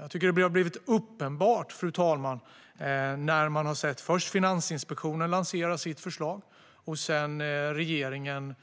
Efter att först ha tagit del av Finansinspektionens förslag och sedan regeringens